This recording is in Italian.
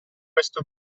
questo